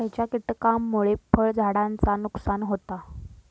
खयच्या किटकांमुळे फळझाडांचा नुकसान होता?